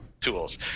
tools